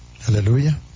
Hallelujah